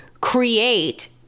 create